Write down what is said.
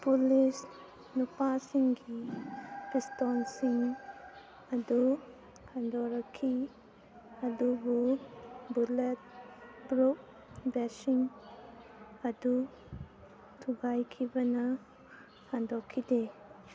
police ꯅꯨꯄꯥꯁꯤꯡꯒꯤ ꯄꯤꯁꯇꯣꯜꯁꯤꯡ ꯑꯗꯨ ꯍꯟꯗꯣꯔꯛꯈꯤ ꯑꯗꯨꯕꯨ ꯕꯨꯂꯦꯠ ꯄ꯭ꯔꯨꯕ ꯕꯦꯁꯤꯡ ꯑꯗꯨ ꯊꯨꯒꯥꯏꯈꯤꯕꯅ ꯍꯟꯗꯣꯛꯈꯤꯗꯦ